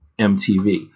MTV